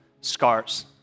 scars